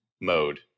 mode